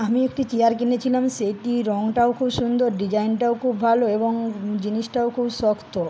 আমি একটি চেয়ার কিনেছিলাম সেটি রঙটাও খুব সুন্দর ডিজাইনটাও খুব ভালো এবং জিনিসটাও খুব শক্ত